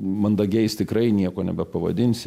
mandagiais tikrai nieko nebepavadinsi